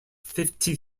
fifty